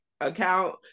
account